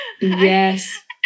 Yes